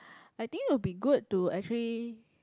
I think would be good to actually